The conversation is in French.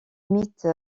mythe